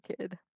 kid